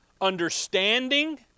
understanding